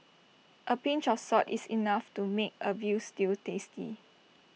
A pinch of salt is enough to make A Veal Stew tasty